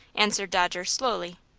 answered dodger, slowly.